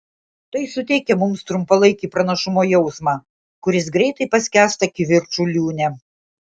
tai suteikia mums trumpalaikį pranašumo jausmą kuris greitai paskęsta kivirčų liūne